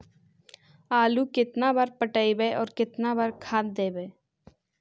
आलू केतना बार पटइबै और केतना बार खाद देबै?